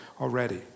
already